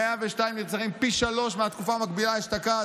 פי שלושה מהתקופה המקבילה אשתקד.